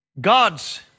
God's